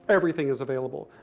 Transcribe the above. everything is available.